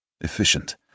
efficient